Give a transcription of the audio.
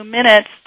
minutes